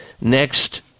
next